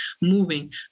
moving